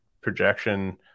projection